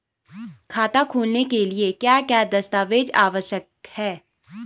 खाता खोलने के लिए क्या क्या दस्तावेज़ आवश्यक हैं?